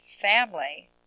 family